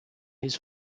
his